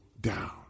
down